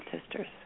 sisters